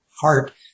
heart